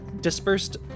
dispersed